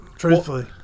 Truthfully